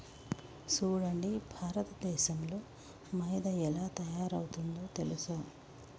సూడండి భారతదేసంలో మైదా ఎలా తయారవుతుందో తెలుసా